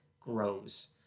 grows